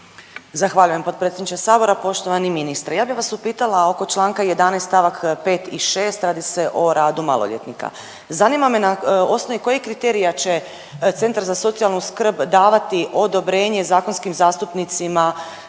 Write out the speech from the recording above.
Zahvaljujem potpredsjedniče sabora. Poštovani ministre, ja bi vas upitala oko čl. 11. st. 5. i 6. radi se o radu maloljetnika. Zanima me na osnovi kojih kriterija će centar za socijalnu skrb davati odobrenje zakonskim zastupnicima